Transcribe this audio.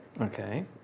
Okay